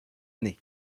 année